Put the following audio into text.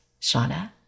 Shauna